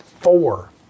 four